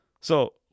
So-